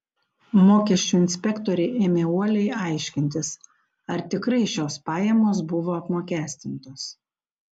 mokesčių inspektoriai ėmė uoliai aiškintis ar tikrai šios pajamos buvo apmokestintos